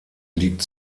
liegt